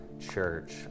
Church